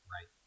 Right